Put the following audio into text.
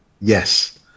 yes